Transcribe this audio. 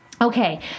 Okay